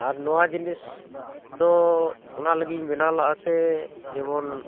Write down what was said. ᱟᱨ ᱱᱚᱣᱟ ᱡᱤᱱᱤᱥ ᱫᱚ ᱚᱱᱟ ᱞᱟᱹᱜᱤᱫ ᱤᱧ ᱵᱮᱱᱟᱣ ᱞᱮᱜᱼᱟ ᱥᱮ ᱡᱮᱢᱚᱱ